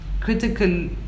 critical